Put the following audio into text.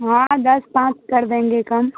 ہاں دس پانچ کر دیں گے کم